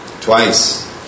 twice